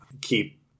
keep